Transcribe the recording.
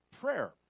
Prayer